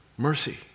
Mercy